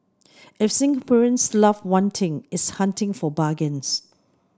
if Singaporeans love one thing it's hunting for bargains